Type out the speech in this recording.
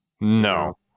No